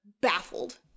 baffled